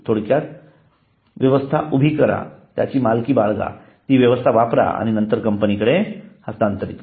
थोडक्यात व्यवस्था उभी करा त्याची मालकी बाळगा ती व्यवस्था वापरा आणि नंतर कंपनीकडे हंस्तांतरित करा